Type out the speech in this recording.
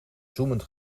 zoemend